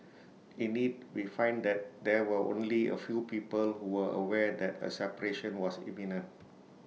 in IT we find that there were only A few people who were aware that A separation was imminent